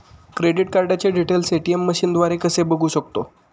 Credit कार्डचे details ATM मशीनद्वारे कसे बघू शकतो?